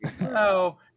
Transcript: no